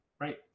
Right